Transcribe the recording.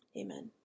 amen